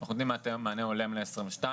אנחנו נותנים היום מענה הולם ל-2022,